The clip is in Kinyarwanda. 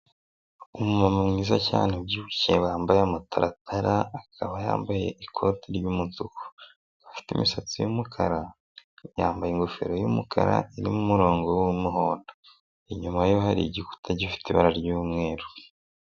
Umuntu mwiza cyane ubyibushye wambaye amataratara akaba yambaye ikoti ry'umutuku afite imisatsi y'umukara yambaye ingofero y'umukara umurongo w'umuhondo inyuma ye hari igikuta gifite ibara ry'umweru.